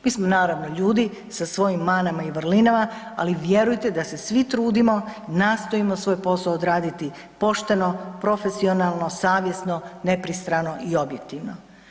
Mi smo, naravno, ljudi, sa svojim manama i vrlinama, ali vjerujte da se svi trudimo, nastojimo svoj posao odraditi pošteno, profesionalno, savjesno, nepristrano i objektivno.